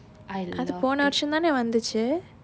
அது போன வர்ஷம் தானே வந்துச்சு:athu pona varsham thane vanthuchu